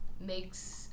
makes